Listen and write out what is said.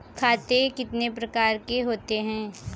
खाते कितने प्रकार के होते हैं?